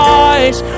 eyes